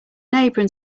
neighbour